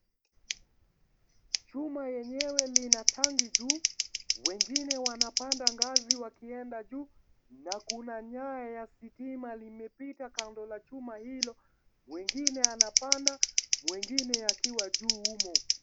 Chuma yenyewe lina tanki juu, wengine wanapanda ngazi wakienda juu, na kuna nyaya ya sitima limepita kando la chuma hilo, mwingine anapanda mwingine akiwa juu humo.